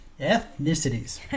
ethnicities